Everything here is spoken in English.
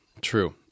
true